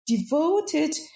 Devoted